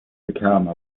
become